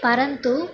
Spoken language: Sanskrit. परन्तु